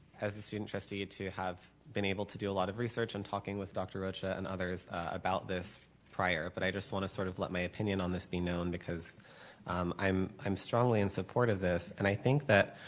as a student trustee to have been able to do a lot of research and talking with dr. rocha and others about this prior but i just want to sort of let my opinion on this be known because i'm i'm strongly in support of this and i think that